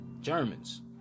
Germans